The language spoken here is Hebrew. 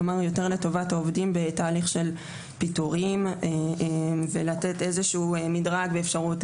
כלומר יותר לטובת העובדים בתהליך של פיטורין ולתת איזשהו מדרג ואפשרות